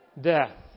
death